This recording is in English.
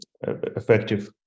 effective